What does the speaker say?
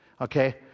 okay